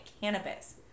cannabis